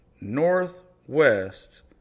Northwest